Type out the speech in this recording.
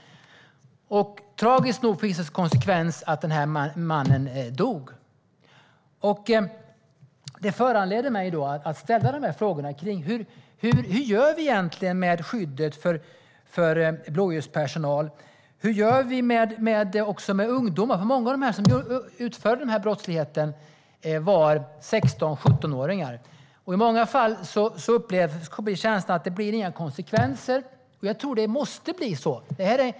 Tragiskt nog blev konsekvensen att mannen som hade larmat dog. Det föranledde mig att ställa de här frågorna. Hur gör vi egentligen med skyddet för blåljuspersonal? Hur gör vi med ungdomarna? Många av dem som utförde de här brotten var 16-17-åringar. I många fall finns känslan att det inte blir några konsekvenser. Jag tror att det måste bli konsekvenser.